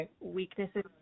weaknesses